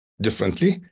differently